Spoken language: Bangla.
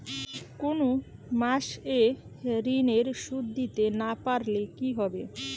কোন মাস এ ঋণের সুধ দিতে না পারলে কি হবে?